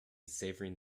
savouring